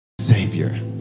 Savior